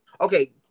Okay